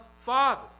Father